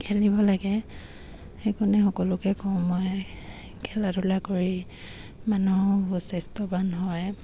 খেলিব লাগে সেইকাৰণে সকলোকে কওঁ মই খেলা ধূলা কৰি মানুহৰ সুস্বাস্থ্যৱান হয়